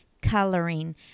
coloring